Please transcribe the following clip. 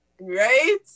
Right